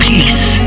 Peace